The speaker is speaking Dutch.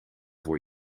voor